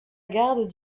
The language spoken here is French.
garde